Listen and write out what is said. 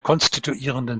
konstituierenden